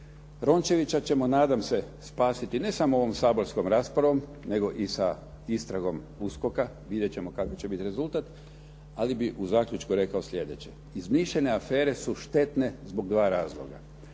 Rončevića ćemo nadam se spasiti, ne samo ovom saborskom raspravom, nego i sa istragom USKOK-a, vidjeti ćemo kakav će biti rezultat. Ali bih u zaključku rekao sljedeće, izmišljene afere su štetne zbog dva razloga.